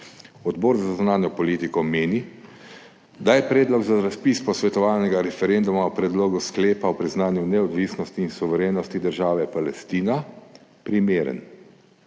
Odbor za zunanjo politiko meni, da je Predlog za razpis posvetovalnega referenduma o Predlogu sklepa o priznanju neodvisnosti in suverenosti države Palestina primeren.